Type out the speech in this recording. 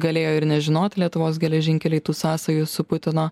galėjo ir nežinot lietuvos geležinkeliai tų sąsajų su putino